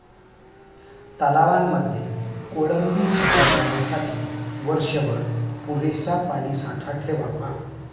तलावांमध्ये कोळंबी संवर्धनासाठी वर्षभर पुरेसा पाणीसाठा ठेवावा